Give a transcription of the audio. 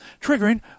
triggering